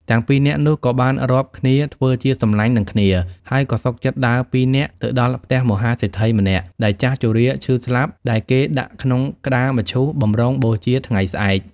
ទាំងពីរនាក់នោះក៏បានរាប់គ្នាធ្ចើជាសម្លាញ់នឹងគ្នា ហើយក៏សុខចិត្ដដើរពីនាក់ទៅដល់ផ្ទះមហាសេដ្ឋីម្នាក់ដែលចាស់ជរាឈឺស្លាប់ដែលគេដាក់ក្នុងក្ដារមឈូសបំរុងបូជាថ្ងៃស្អែក។